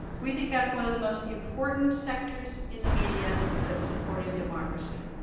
we think that's one of the most important sectors in the media that's supporting democracy.